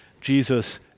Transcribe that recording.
Jesus